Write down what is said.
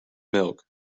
milk